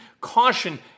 caution